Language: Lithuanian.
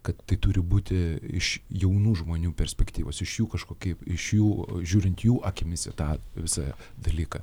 kad tai turi būti iš jaunų žmonių perspektyvos iš jų kažkokie iš jų žiūrint jų akimis į tą visą dalyką